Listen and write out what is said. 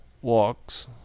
walks